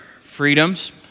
freedoms